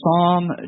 Psalm